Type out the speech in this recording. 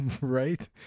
right